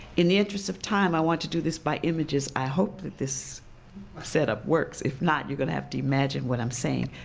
in the interest of time i want to do this by images. i hope that this setup works. if not you're going to have to imagine what i'm saying.